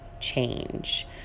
change